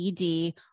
ED